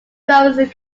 drawings